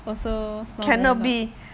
also snore very loud